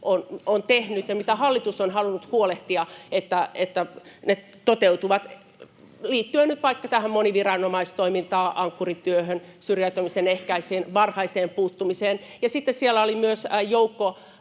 on tehnyt ja mistä hallitus on halunnut huolehtia, että ne toteutuvat, liittyen nyt vaikka tähän moniviranomaistoimintaan, Ankkuri-työhön, syrjäytymisen ehkäisyyn, varhaiseen puuttumiseen. Ja sitten siellä oli myös joukko